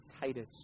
Titus